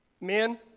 Men